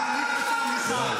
ביקורת זה משהו אחר.